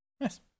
yes